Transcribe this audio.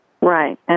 Right